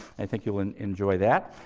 i think you will and enjoy that.